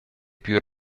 più